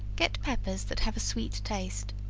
get peppers that have a sweet taste,